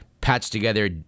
patched-together